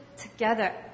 together